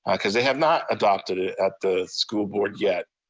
ah cause they have not adopted it at the school board yet.